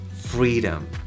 freedom